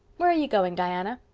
where are you going, diana?